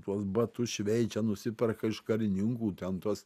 tuos batus šveičia nusiperka iš karininkų ten tuos